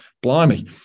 blimey